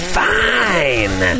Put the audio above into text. fine